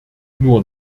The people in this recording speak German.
nur